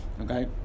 Okay